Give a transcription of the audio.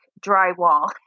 drywall